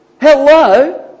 Hello